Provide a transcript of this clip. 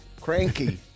Cranky